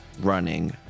running